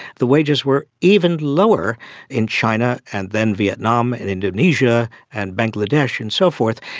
the wages were even lower in china and then vietnam and indonesia and bangladesh and so forth.